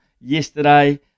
yesterday